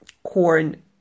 Corn